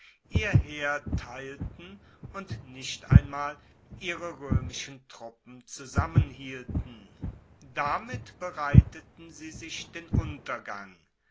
ihr heer teilten und nicht einmal ihre roemischen truppen zusammenhielten damit bereiteten sie sich den untergang